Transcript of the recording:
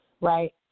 right